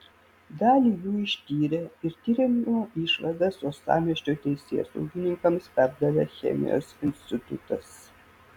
dalį jų ištyrė ir tyrimo išvadas uostamiesčio teisėsaugininkams perdavė chemijos institutas